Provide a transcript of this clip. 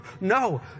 No